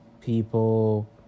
people